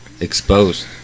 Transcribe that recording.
exposed